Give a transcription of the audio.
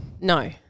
No